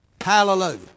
Hallelujah